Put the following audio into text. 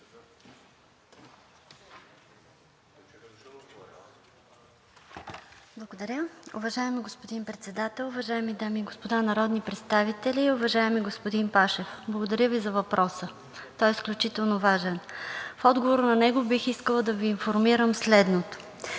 Благодаря Ви. Уважаеми господин Председател, уважаеми дами и господа народни представители! Уважаеми господин Пашев, благодаря Ви за въпроса, той е изключително важен. В отговор на него бих искала да Ви информирам следното: